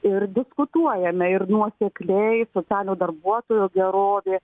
ir diskutuojame ir nuosekliai socialinio darbuotojo gerovė